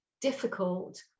difficult